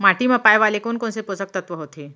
माटी मा पाए वाले कोन कोन से पोसक तत्व होथे?